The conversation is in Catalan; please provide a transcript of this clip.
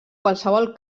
qualsevol